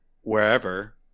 wherever